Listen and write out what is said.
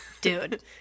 Dude